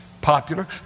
popular